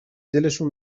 دلشون